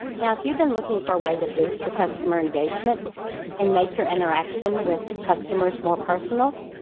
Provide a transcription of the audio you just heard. now if you've been looking for a way to boost your customer engagement and make your interaction with customers more personal,